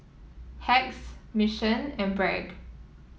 Hacks Mission and Bragg